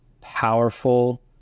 powerful